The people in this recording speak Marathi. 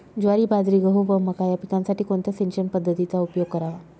ज्वारी, बाजरी, गहू व मका या पिकांसाठी कोणत्या सिंचन पद्धतीचा उपयोग करावा?